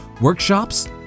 Workshops